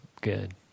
good